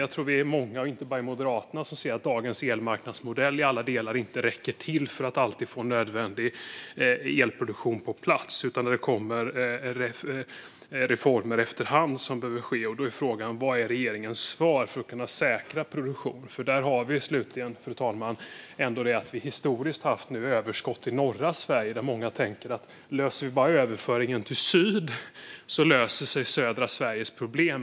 Jag tror att vi är många, och inte bara i Moderaterna, som ser att dagens elmarknadsmodell inte i alla delar räcker till för att alltid få nödvändig elproduktion på plats. Det behöver ske reformer efter hand. Då är frågan: Vad är regeringens svar för att kunna säkra produktion? Fru talman! Vi har historiskt haft överskott i norra Sverige. Många tänker: Löser vi bara överföringen till syd så löser sig södra Sveriges problem.